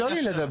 תנו לי לדבר.